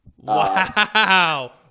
Wow